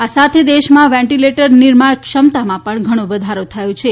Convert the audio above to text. આ સાથે દેશમાં વેન્ટીલેટર નિર્માણ ક્ષમતામાં પણ ઘણી વધારો થયો છે